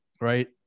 right